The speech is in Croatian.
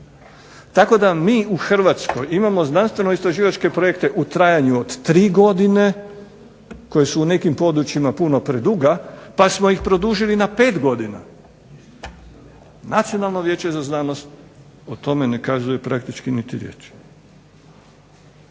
tako da mi u Hrvatskoj imamo znanstveno-istraživačke projekte u trajanju od tri godine koji su u nekim područjima puno preduga, pa smo ih produžili na pet godina. Nacionalno vijeće za znanost o tome ne kazuje praktički niti riječi.